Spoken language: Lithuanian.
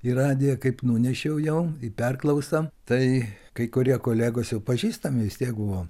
į radiją kaip nunešiau jau į perklausą tai kai kurie kolegos jau pažįstami vis tiek buvo